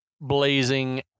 blazing